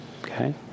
okay